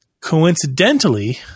Coincidentally